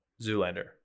Zoolander